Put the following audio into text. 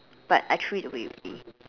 but I threw it away already